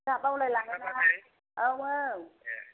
जोंहा बावलाय लाङोना औ औ